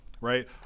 right